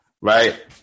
right